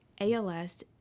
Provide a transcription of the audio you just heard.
ALS